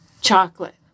Chocolate